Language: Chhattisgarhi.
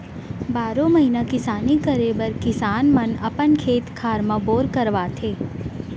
बारो महिना किसानी करे बर किसान मन अपन खेत खार म बोर करवाथे